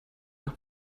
nach